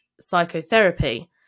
psychotherapy